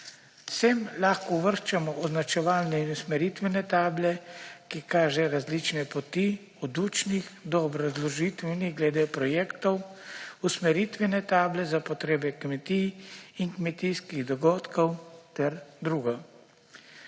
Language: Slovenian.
Sem lahko uvrščamo označevalne in usmeritvene table, ki kažejo različne poti od učnih do obrazložitvenih glede projektov, usmeritvene table za potrebe kmetij in kmetijskih dogodkov ter drugo.